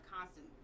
constant